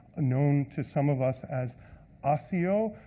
known to some of us as oseo.